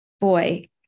boy